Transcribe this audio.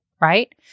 Right